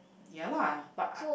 ya lah but I